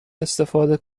استفاده